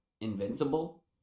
invincible